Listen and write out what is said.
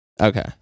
Okay